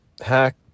hack